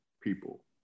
people